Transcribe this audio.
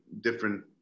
different